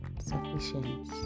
sufficient